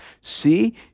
See